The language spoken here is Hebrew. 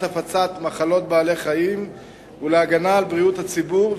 הפצת מחלות בעלי-חיים ולהגנה על בריאות הציבור,